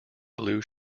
blue